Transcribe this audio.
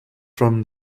from